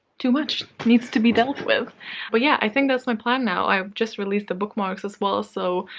too much. needs to be dealt with but yeah, i think that's my plan now. i've just released the bookmarks, as well so,